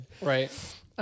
Right